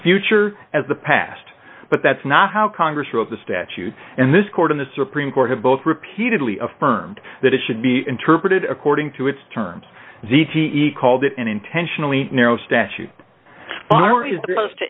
future as the past but that's not how congress wrote the statute and this court in the supreme court have both repeatedly affirmed that it should be interpreted according to its terms c t e called it an intentionally narrow statute